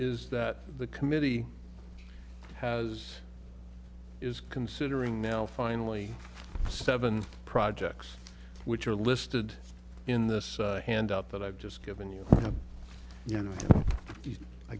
is that the committee has is considering now finally seven projects which are listed in this handout that i've just given you you know i